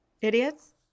idiots